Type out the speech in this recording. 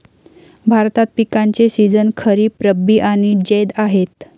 भारतात पिकांचे सीझन खरीप, रब्बी आणि जैद आहेत